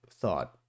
thought